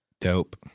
dope